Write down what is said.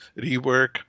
rework